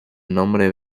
nombre